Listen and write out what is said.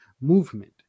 movement